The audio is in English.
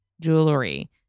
jewelry